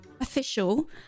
official